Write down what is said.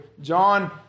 John